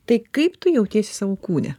tai kaip tu jautiesi savo kūne